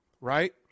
right